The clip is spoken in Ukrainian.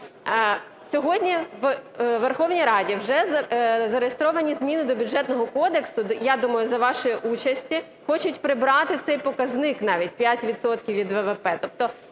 Сьогодні у Верховній Раді вже зареєстровані зміни до Бюджетного кодексу, я думаю, за вашої участі, хочу прибрати цей показник навіть 5 відсотків